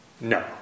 No